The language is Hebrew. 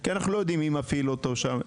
כי אנחנו לא יודעים מי מפעיל אותו שם.